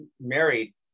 married